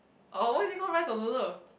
oh why is it called rice or noodle